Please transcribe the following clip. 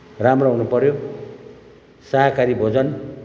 राम्रो हुनुपर्यो साकाहारी भोजन